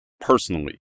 personally